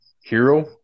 hero